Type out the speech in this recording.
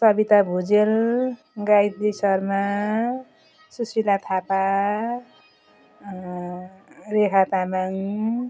Savita Bhujel Gayatri Sharma Sushila Thapa Rekha Tamang